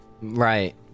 Right